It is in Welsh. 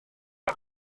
ydy